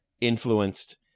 influenced